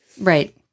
Right